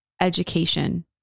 education